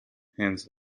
hans